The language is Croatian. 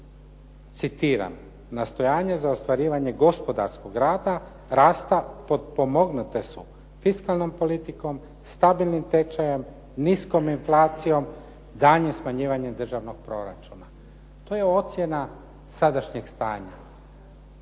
Citiram: “Nastojanje za ostvarivanje gospodarskog rasta potpomognute su fiskalnom politikom, stabilnim tečajem, niskom inflacijom, daljnjim smanjivanjem državnog proračuna." To je ocjena sadašnjeg stanja.